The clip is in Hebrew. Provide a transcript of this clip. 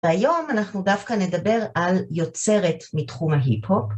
היום אנחנו דווקא נדבר על יוצרת מתחום ההיפ-הופ.